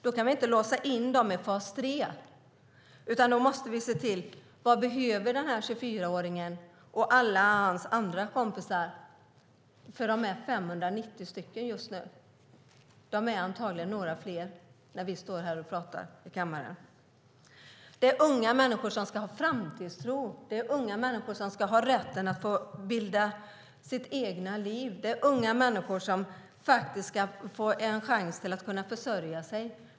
Då kan vi inte låsa in dem i fas 3, utan då måste vi fråga oss vad 24-åringen och hans kompisar behöver. De är 590 just nu och blir antagligen några fler medan vi står och pratar i kammaren. Det är unga människor som behöver framtidstro. Det är unga människor som ska ha rätt att bygga upp sitt eget liv. Det är unga människor som ska ha en chans att försörja sig.